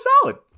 solid